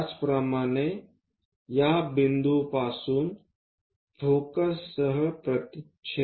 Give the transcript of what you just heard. त्याचप्रमाणे या बिंदूपासून फोकससह प्रतिच्छेदन करेल